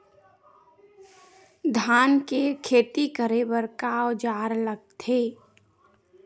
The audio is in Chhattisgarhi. धान के खेती करे बर का औजार लगथे?